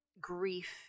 grief